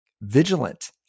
vigilant